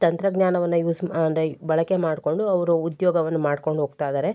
ತಂತ್ರಜ್ಞಾವನ್ನು use ಮಾ ಅಂದರೆ ಬಳಕೆ ಮಾಡಿಕೊಂಡು ಅವರು ಉದ್ಯೋಗವನ್ನು ಮಾಡ್ಕೊಂಡು ಹೋಗ್ತಾಯಿದ್ದಾರೆ